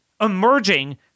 emerging